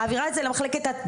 מעבירה את זה למחלקת התביעות,